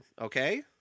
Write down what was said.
okay